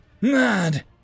Mad